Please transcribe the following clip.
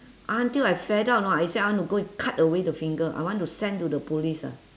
until I fed up know I say I want to go and cut away the finger I want to send to the police ah